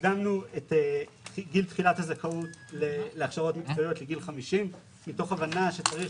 הגדלנו את גיל תחילת הזכאות להכשרות מקצועיות לגיל 50 מתוך הבנה שצריך